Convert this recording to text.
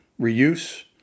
reuse